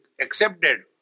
accepted